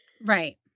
Right